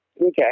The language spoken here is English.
Okay